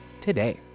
today